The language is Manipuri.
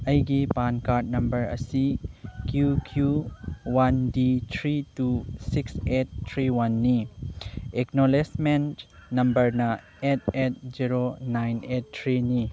ꯑꯩꯒꯤ ꯄꯥꯟ ꯀꯥꯔꯠ ꯅꯝꯕꯔ ꯑꯁꯤ Q Q one D three two six eight three ꯋꯥꯟꯅꯤ ꯑꯦꯛꯅꯣꯂꯦꯁꯃꯦꯟ ꯅꯝꯕꯔꯅ eight eight zero nine eight ꯊ꯭ꯔꯤꯅꯤ